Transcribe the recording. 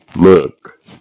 Look